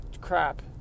crap